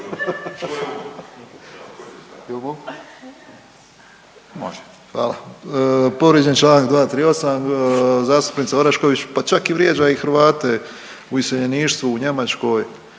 Može./... Povrijeđen čl. 238, zastupnica Orešković pa čak i vrijeđa i Hrvate u iseljeništvu, u Njemačkoj,